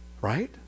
Right